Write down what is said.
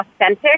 authentic